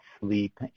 sleep